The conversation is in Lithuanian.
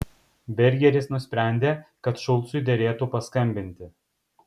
bergeris nusprendė kad šulcui derėtų paskambinti